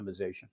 optimization